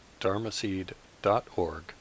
dharmaseed.org